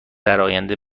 درآینده